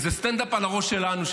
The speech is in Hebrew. כי זה סטנד-אפ על הראש שלנו,